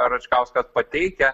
račkauskas pateikia